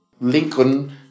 Lincoln